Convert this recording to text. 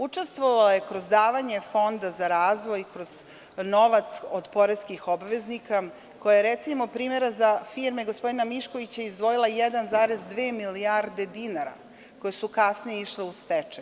Učestvovala je kroz davanje Fonda za razvoj, kroz novac od poreskih obveznika, koja je, recimo, za firme gospodina Miškovića izdvojila 1,2 milijarde dinara, koje su kasnije išle u stečaj.